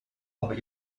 aber